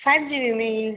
five G B में ही